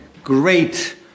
Great